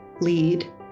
lead